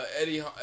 Eddie